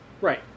right